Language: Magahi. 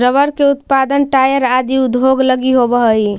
रबर के उत्पादन टायर आदि उद्योग लगी होवऽ हइ